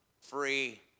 free